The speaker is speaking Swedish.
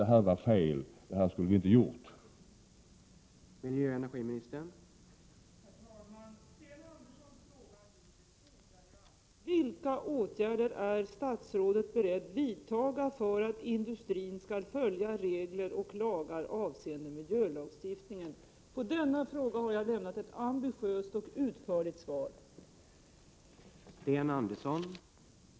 Den här kampanjen är någonting som vi inte borde ha gjort.